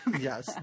Yes